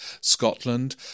Scotland